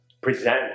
present